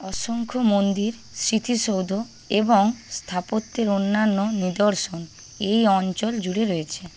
অসংখ্য মন্দির স্মৃতিসৌধ এবং স্থাপত্যের অন্যান্য নিদর্শন এই অঞ্চল জুড়ে রয়েছে